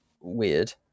weird